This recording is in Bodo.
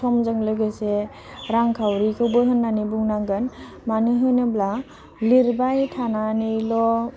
समजों लोगोसे रांखावरिखौबो होननानै बुंनांगोन मानो होनोब्ला लिरबाय थानानैल'